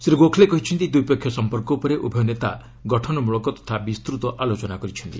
ଶ୍ରୀ ଗୋଖଲେ କହିଛନ୍ତି ଦ୍ୱିପକ୍ଷିୟ ସମ୍ପର୍କ ଉପରେ ଉଭୟ ନେତା ଗଠନମଳକ ତଥା ବିସ୍ତୃତ ଆଲୋଚନା କରିଛନ୍ତି